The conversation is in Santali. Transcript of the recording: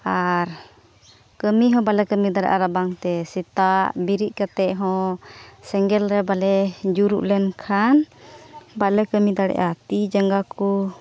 ᱟᱨ ᱠᱟᱹᱢᱤ ᱦᱚᱸ ᱵᱟᱞᱮ ᱠᱟᱹᱢᱤ ᱫᱟᱲᱮᱭᱟᱜᱼᱟ ᱨᱟᱵᱟᱝᱛᱮ ᱥᱮᱛᱟᱜ ᱵᱮᱨᱮᱫ ᱠᱟᱛᱮᱫ ᱦᱚᱸ ᱥᱮᱸᱜᱮᱞ ᱨᱮ ᱵᱟᱞᱮ ᱡᱩᱨᱩᱜ ᱞᱮᱱᱠᱷᱟᱱ ᱵᱟᱞᱮ ᱠᱟᱹᱢᱤ ᱫᱟᱲᱮᱭᱟᱜᱼᱟ ᱛᱤ ᱡᱟᱸᱜᱟ ᱠᱚ